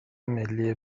ملی